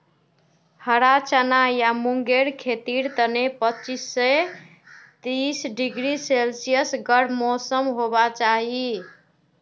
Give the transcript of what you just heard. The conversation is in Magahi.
हरा चना या मूंगेर खेतीर तने पच्चीस स तीस डिग्री सेल्सियस गर्म मौसम होबा चाई